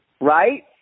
Right